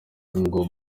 nubwo